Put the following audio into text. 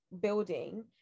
building